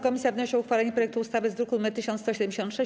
Komisja wnosi o uchwalenie projektu ustawy z druku nr 1176.